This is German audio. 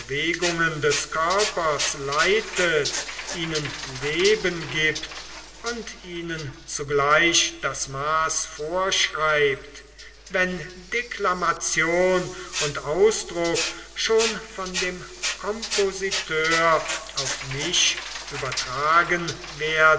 bewegungen des körpers leitet ihnen leben gibt und ihnen zugleich das maß vorschreibt wenn deklamation und ausdruck schon von dem kompositeur auf mich übertragen werden